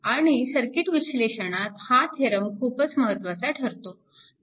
आणि सर्किट विश्लेषणात हा थेरम खूपच महत्वाचा ठरतो